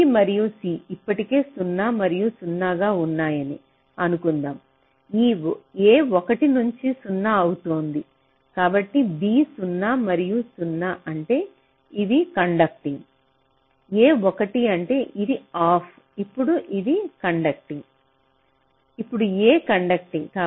B మరియు C ఇప్పటికే 0 మరియు 0 గా ఉన్నాయని అనుకుందాం A 1 నుంచి 0 అవుతోంది కాబట్టి B 0 మరియు 0 అంటే ఇవి కండక్టింగ్ A 1 అంటే ఇది ఆఫ్ ఇప్పుడు ఇది కండక్టింగ్ ఇప్పుడు A కండక్టింగ్